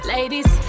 Ladies